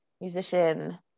musician